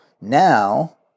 now